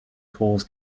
calls